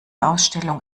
ausstellung